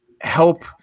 help